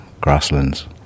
Grasslands